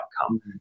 outcome